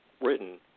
written